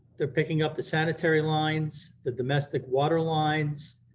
they're picking up the sanitary lines, the domestic water lines,